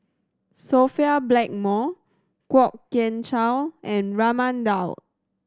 Sophia Blackmore Kwok Kian Chow and Raman Daud